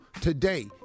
today